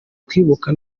kwibuka